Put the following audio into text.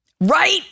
Right